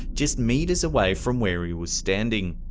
just meters away from where he was standing.